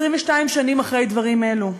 22 שנים אחרי דברים אלה,